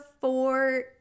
four